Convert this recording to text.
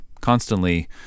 constantly